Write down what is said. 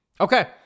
Okay